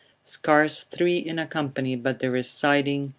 scarce three in a company but there is siding,